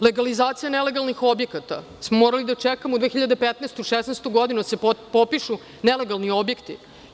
Legalizacije nelegalnih objekata, morali smo da čekamo 2015-2016. godinu da se popišu nelegalni objekti.